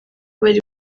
bari